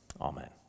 Amen